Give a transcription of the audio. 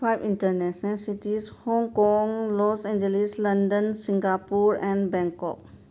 five international cities Hong Kong Los Angeles London Singapore and Bangkok